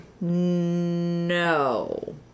No